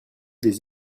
des